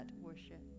worship